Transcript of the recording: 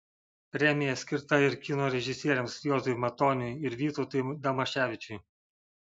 premija skirta ir kino režisieriams juozui matoniui ir vytautui damaševičiui